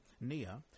Nia